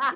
ah